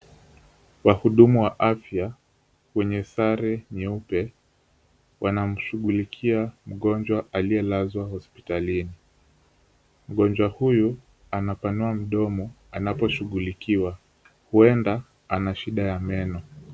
Wahudumu wa afya wenye sare nyeupe wanamshughulikia mgonjwa aliyelazwa hospitalini . Mgonjwa huyu anapanua mdomo anaposhughulikiwa , huenda ana shida ya meno.